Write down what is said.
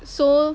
so